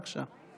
בבקשה.